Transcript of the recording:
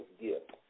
gift